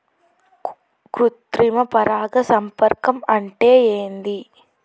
కృత్రిమ పరాగ సంపర్కం అంటే ఏంది?